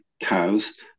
cows